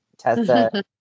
Tessa